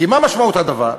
כי מה משמעות הדבר?